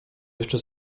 jeszcze